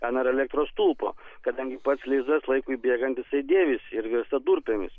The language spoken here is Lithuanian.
ar antelektros stulpo kadangi pats lizdas laikui bėgant jisai dėvisi ir virsta durpėmis